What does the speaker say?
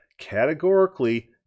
categorically